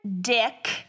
Dick